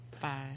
Bye